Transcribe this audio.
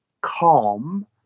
calm